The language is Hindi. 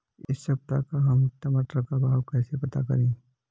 इस सप्ताह का हम टमाटर का भाव कैसे पता करें?